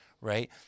right